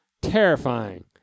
Terrifying